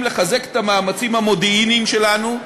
לחזק את המאמצים המודיעיניים שלנו,